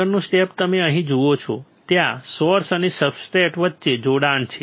આગળનું સ્ટેપ તમે અહીં જુઓ છો ત્યાં સોર્સ અને સબસ્ટ્રેટ વચ્ચે જોડાણ છે